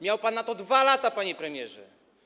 Miał pan na to 2 lata, panie premierze.